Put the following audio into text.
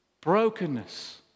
Brokenness